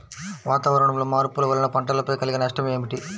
వాతావరణంలో మార్పుల వలన పంటలపై కలిగే నష్టం ఏమిటీ?